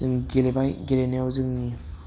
जों गेलेबाय गेलेनायाव जोंनि